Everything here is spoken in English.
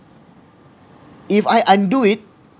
if I undo it